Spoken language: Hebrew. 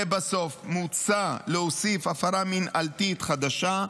לבסוף, מוצע להוסיף הפרה מינהלית חדשה,